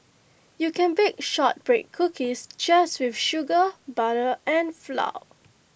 you can bake Shortbread Cookies just with sugar butter and flour